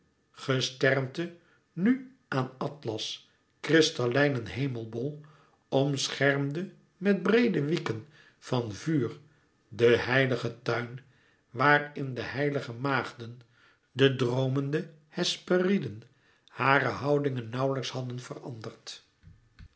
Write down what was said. gesternte nu aan atlas kristallijnen hemelbol omschermde met breede wieken van vuur den heiligen tuin waar in de heilige maagden de droomende hesperiden hare houdingen nauwlijks hadden veranderd